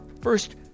first